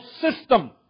system